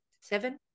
Seven